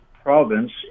province